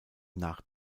nach